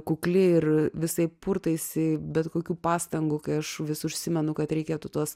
kukli ir visaip purtaisi bet kokių pastangų kai aš vis užsimenu kad reikėtų tuos